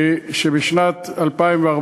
שבשנת 2014,